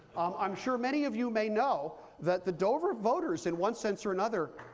i'm sure many of you may know that the dover voters, in one sense or another,